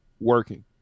working